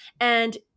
And-